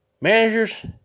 Managers